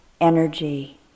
energy